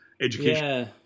education